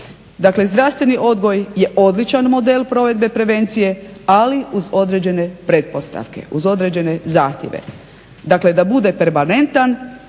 Dakle, zdravstveni odgoj je odličan model provedbe prevencije, ali uz određene pretpostavke, uz određene zahtjeve. Dakle, da bude permanentan